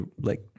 like-